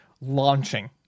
launching